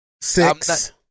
six